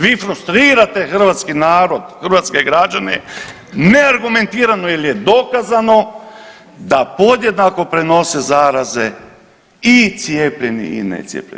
Vi frustrirate hrvatski narod, hrvatske građane neargumentirano jer je dokazano da podjednako prenose zaraze i cijepljeni i necijepljeni.